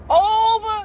over